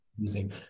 using